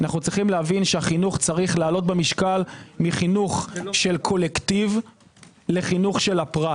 עלינו להבין שהחינוך צריך לעלות במשקל מחינוך קולקטיב לחינוך של הפרט,